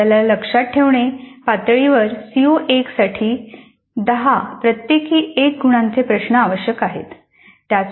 आपल्याला लक्षात ठेवणे पातळीवर सीओ 1 साठी 10 प्रत्येकी 1 गुणांचे प्रश्न आवश्यक आहेत